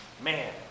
man